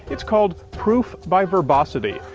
it's called proof by verbosity,